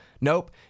nope